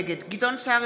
נגד גדעון סער,